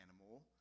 animal